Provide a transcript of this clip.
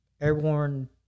airborne